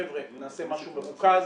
חבר'ה, נעשה משהו מרוכז,